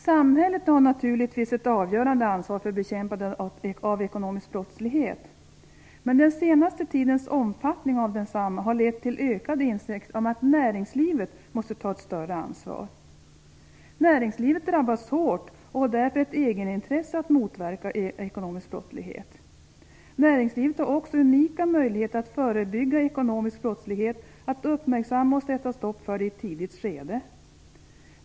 Samhället har naturligtvis ett avgörande ansvar för bekämpandet av ekonomisk brottslighet, men den senaste tidens omfattning av densamma har lett till ökad insikt om att näringslivet måste ta ett större ansvar. Näringslivet drabbas hårt och har därför ett egenintresse av att motverka ekonomisk brottslighet. Näringslivet har också unika möjligheter att förebygga ekonomisk brottslighet, att uppmärksamma sådan och sätta stopp för den i ett tidigt skede.